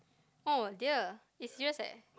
oh dear it's serious eh